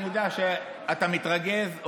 אני יודע שאתה מתרגז,